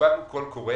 קיבלנו קול קורא